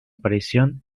aparición